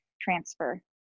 transfer